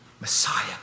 Messiah